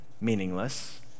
meaningless